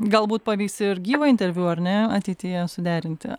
galbūt pavyks ir gyvą interviu ar ne ateityje suderinti